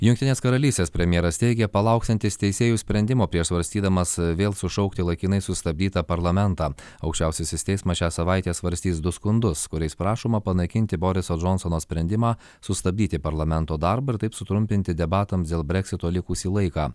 jungtinės karalystės premjeras teigia palauksiantis teisėjų sprendimo prieš svarstydamas vėl sušaukti laikinai sustabdytą parlamentą aukščiausiasis teismas šią savaitę svarstys du skundus kuriais prašoma panaikinti boriso džonsono sprendimą sustabdyti parlamento darbą ir taip sutrumpinti debatams dėl breksito likusį laiką